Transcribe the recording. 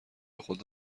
خودت